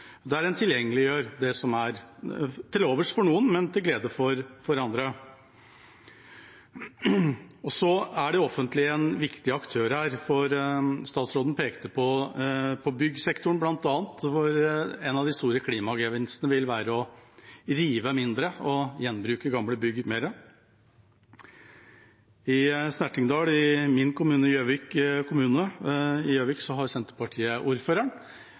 der en tilgjengeliggjør det som er til overs for noen, men til glede for andre. Så er det offentlige en viktig aktør her. Statsråden pekte på bl.a. byggsektoren, hvor en av de store klimagevinstene vil være å rive mindre og gjenbruke gamle bygg mer. I Snertingdal, i min kommune, Gjøvik, har Senterpartiet ordføreren – absolutt ikke noe galt å si om det, Venstre har